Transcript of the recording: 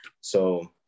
so-